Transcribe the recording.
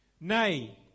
Nay